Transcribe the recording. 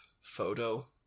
photo